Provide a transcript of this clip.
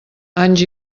anys